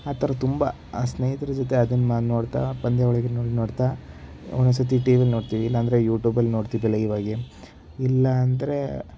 ಆ ಥರದ್ದು ತುಂಬ ಸ್ನೇಹಿತರ ಜೊತೆ ಅದನ್ನು ನಾನು ನೋಡ್ತಾ ಪಂದ್ಯಾವಳಿಗಳನ್ನು ನೋಡ್ತಾ ಒಂದೊಂದು ಸತಿ ಟಿ ವಿ ನೋಡ್ತೀವಿ ಇಲ್ಲ ಅಂದರೆ ಯುಟೂಬಲ್ಲಿ ನೋಡ್ತೀವಿ ಲೈವಾಗಿ ಇಲ್ಲ ಅಂದರೆ